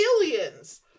aliens